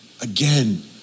again